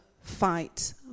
fight